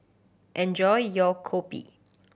enjoy your kopi